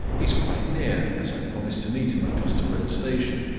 he is quite near, as i promised to meet him at gloucester road station.